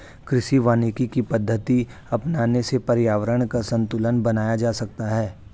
कृषि वानिकी की पद्धति अपनाने से पर्यावरण का संतूलन बनाया जा सकता है